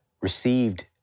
received